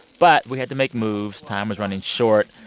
but we had to make moves. time was running short.